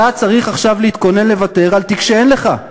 אתה צריך עכשיו להתכונן לוותר על תיק שאין לך,